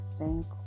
Thank